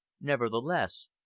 nevertheless